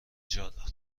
جادار